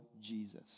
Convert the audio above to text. Jesus